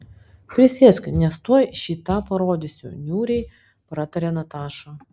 prisėsk nes tuoj šį tą parodysiu niūriai pratarė nataša